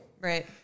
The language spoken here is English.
right